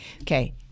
okay